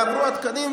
יעברו התקנים,